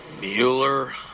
Mueller